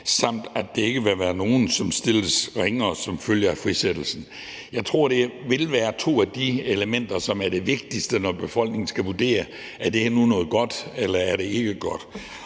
samt at der ikke vil være nogen, som stilles ringere som følge af frisættelsen. Jeg tror, at det vil være de to elementer, som er det vigtigste, når befolkningen skal vurdere: Er det her nu noget godt, eller er det ikke godt?